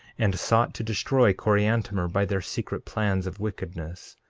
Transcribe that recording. and sought to destroy coriantumr by their secret plans of wickedness,